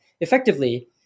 Effectively